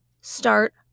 start